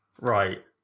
Right